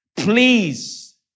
Please